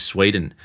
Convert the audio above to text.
Sweden